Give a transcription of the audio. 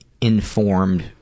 informed